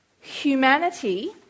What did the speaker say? humanity